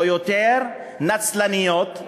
או יותר נצלניות,